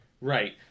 Right